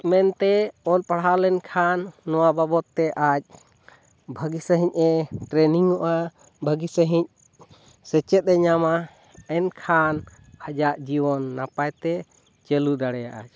ᱢᱮᱱᱛᱮ ᱚᱞ ᱯᱟᱲᱦᱟᱣ ᱞᱮᱱ ᱠᱷᱟᱱ ᱱᱚᱣᱟ ᱵᱟᱵᱚᱛ ᱛᱮ ᱟᱡ ᱵᱷᱟᱹᱜᱤ ᱥᱟᱺᱦᱤᱡ ᱮ ᱴᱨᱮᱱᱤᱝᱚᱜᱼᱟ ᱵᱷᱟᱹᱜᱤ ᱥᱟᱺᱦᱤᱡ ᱥᱮᱪᱮᱫ ᱮ ᱧᱟᱢᱟ ᱮᱱᱠᱷᱟᱱ ᱟᱡᱟᱜ ᱡᱤᱭᱚᱱ ᱱᱟᱯᱟᱭ ᱛᱮ ᱪᱟᱹᱞᱩ ᱫᱟᱲᱮᱭᱟᱜᱼᱟᱭ